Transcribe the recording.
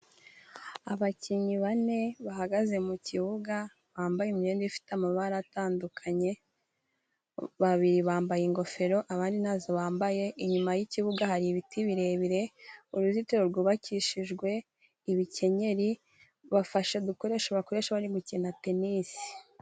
Abakinnyi bane bahagaze mu kibuga bambaye imyenda ifite amabara atandukanye, babiri bambaye ingofero abandi ntazo bambaye inyuma y'ikibuga hari ibiti birebire uruzitiro rwubakishijwe ibikenyeri, bafashe u dukoresho bakoresha bari gukina tenisi.